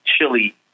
chili